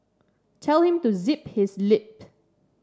tell him to zip his lip